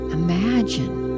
imagine